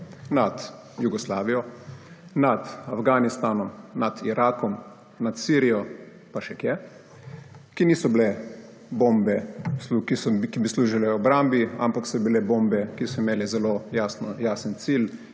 nad Jugoslavijo, nad Afganistanom, nad Irakom, nad Sirijo, pa še kje, ki niso bile bombe, ki bi služile obrambi, ampak so bile bombe, ki so imele zelo jasen cilj,